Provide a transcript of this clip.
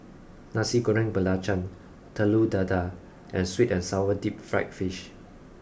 nasi goreng belacan telur dadah and sweet and sour deep fried fish